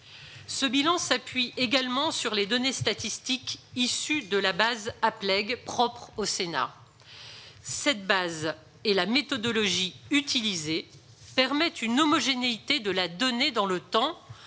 Ce bilan s'appuie également sur les données statistiques issues de la base APLEG propre au Sénat. Cette base et la méthodologie utilisée permettent une homogénéité de la donnée dans le temps,